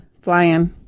flying